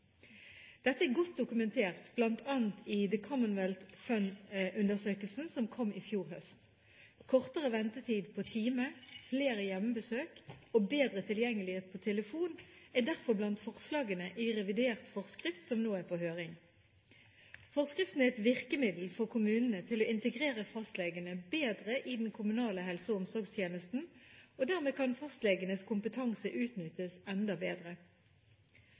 Dette er godt dokumentert, bl.a. i The Commonwealth Fund-undersøkelsen som kom i fjor høst. Kortere ventetid på time, flere hjemmebesøk og bedre tilgjengelighet på telefon er derfor blant forslagene i revidert forskrift, som nå er på høring. Forskriften er et virkemiddel for kommunene til å integrere fastlegene bedre i den kommunale helse- og omsorgstjenesten – og dermed kan fastlegenes kompetanse utnyttes enda bedre.